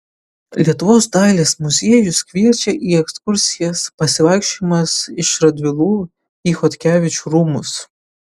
lietuvos dailės muziejus kviečia į ekskursijas pasivaikščiojimas iš radvilų į chodkevičių rūmus